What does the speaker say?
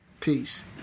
Peace